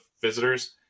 visitors